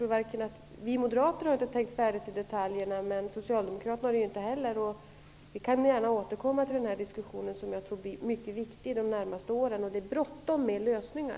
Vi moderater har inte tänkt färdigt i detaljerna, och det har inte heller socialdemokraterna gjort. Vi kan gärna återkomma till den här diskussionen, som jag tror blir mycket viktig de närmaste åren. Det är bråttom med lösningar.